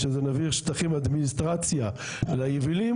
ושזה מעביר שטחים אדמיניסטרציה ליבילים,